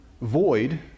Void